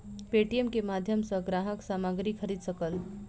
Paytm के माध्यम सॅ ग्राहक सामग्री खरीद सकल